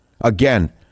again